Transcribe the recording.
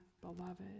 beloved